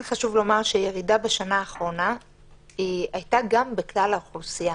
כן חשוב לומר שהירידה בשנה האחרונה הייתה גם בכלל האוכלוסייה.